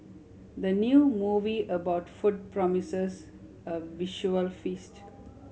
the new movie about food promises a visual feast